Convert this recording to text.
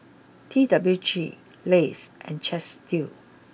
T W G Lays and Chesdale